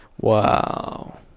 Wow